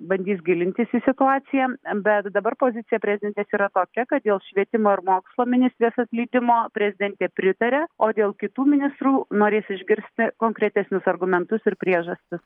bandys gilintis į situaciją bet dabar pozicija prezidentės yra tokia kad dėl švietimo ir mokslo ministrės atleidimo prezidentė pritaria o dėl kitų ministrų norės išgirsti konkretesnius argumentus ir priežastis